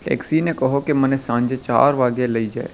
ટૅક્સીને કહો કે મને સાંજે ચાર વાગ્યે લઇ જાય